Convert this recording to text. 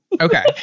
okay